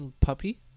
puppy